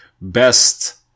best